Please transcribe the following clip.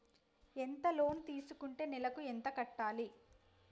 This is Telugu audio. ఎంత లోన్ తీసుకుంటే నెలకు ఎంత కట్టాలి?